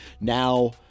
Now